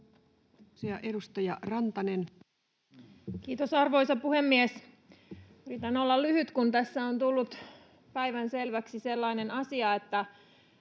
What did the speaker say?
Kiitos, arvoisa puhemies! Yritän olla lyhyt, kun tässä on tullut päivänselväksi sellainen asia, että